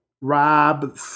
Rob